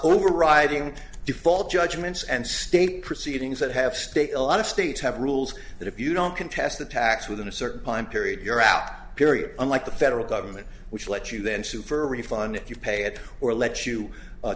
overriding default judgments and state proceedings that have state a lot of states have rules that if you don't contest the tax within a certain time period you're out period unlike the federal government which let you then sue for a refund if you pay it or let you